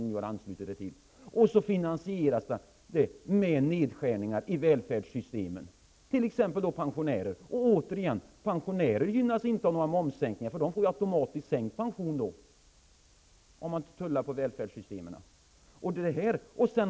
Sedan finansieras detta med nedskärningar i välfärdssystemen. Det gäller t.ex. pensionärerna. Pensionärerna gynnas inte av några momssänkningar, eftersom de automatiskt får sänkt pension om man tullar på välfärdssystemen.